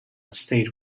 stage